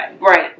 Right